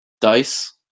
dice